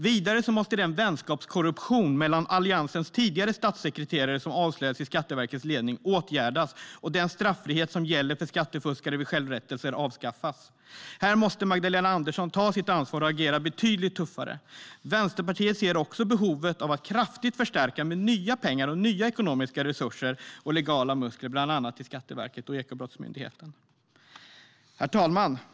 Vidare måste den vänskapskorruption mellan Alliansens tidigare statssekreterare som avslöjades i Skatteverkets ledning åtgärdas, och den straffrihet som gäller för skattefuskare vid självrättelser ska avskaffas. Här måste Magdalena Andersson ta sitt ansvar och agera betydligt tuffare. Vänsterpartiet ser också behovet av att kraftigt förstärka med nya pengar - nya ekonomiska resurser - och legala muskler, bland annat till Skatteverket och Ekobrottsmyndigheten. Herr talman!